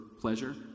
pleasure